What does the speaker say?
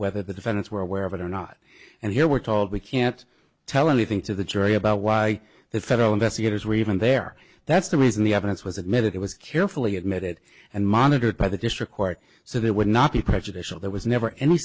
whether the defendants were aware of it or not and here we're told we can't tell anything to the jury about why the federal investigators were even there that's the reason the evidence was admitted it was carefully admitted and monitored by the district court so they would not be prejudicial there was never any